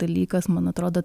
dalykas man atrodo